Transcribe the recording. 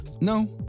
No